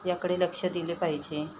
याकडे लक्ष दिले पाहिजे